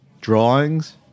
drawings